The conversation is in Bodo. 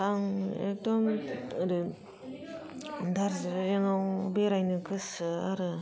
आं एकदम ओरै दारजिलिङाव बेरायनो गोसो आरो